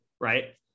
Right